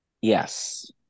Yes